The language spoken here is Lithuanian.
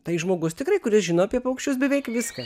tai žmogus tikrai kuris žino apie paukščius beveik viską